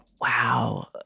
wow